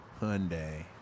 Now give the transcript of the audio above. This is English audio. Hyundai